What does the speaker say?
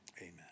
Amen